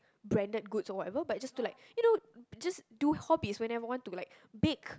branded goods or whatever but it's just to like you know just do hobbies whenever I want to like bake